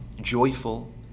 joyful